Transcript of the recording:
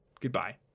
goodbye